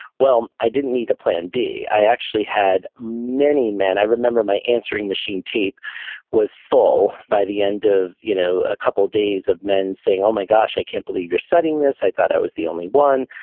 well, i didn't need a plan b. i actually had many men. i remember my answering machine tape was full by the end of you know a couple of days of men saying, oh my gosh, i can't believe you're studying this. i thought i was the only one.